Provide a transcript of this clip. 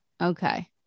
Okay